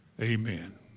Amen